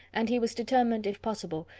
and he was determined, if possible,